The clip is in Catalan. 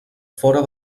fora